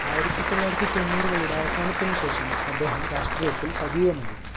ആയിരത്തി തൊള്ളായിരത്തി തൊണ്ണൂറുകളുടെ അവസാനത്തിനുശേഷം അദ്ദേഹം രാഷ്ട്രീയത്തിൽ സജീവമായി